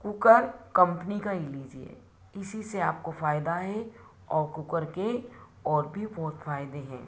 cooker company का ही लीजिए इसी से आपको फायदा है और कुकर के और भी बहुत फायदे हैं